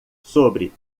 sobre